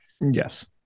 Yes